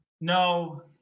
No